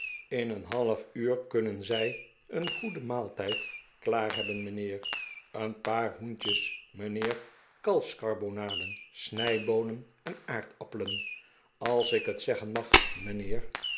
in een half uur kunnen zij een goeden maaltijd klaar hebben mijnheer een paar hoentjes mijnheer kalfskarbonaden snijboonen en aardappelen als ik het zeggen mag mijnheer